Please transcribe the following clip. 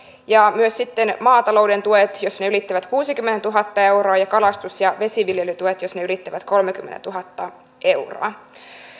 ja myös sitten maatalouden tuet jos ne ylittävät kuusikymmentätuhatta euroa ja kalastus ja vesiviljelytuet jos ne ylittävät kolmekymmentätuhatta euroa